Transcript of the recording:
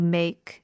make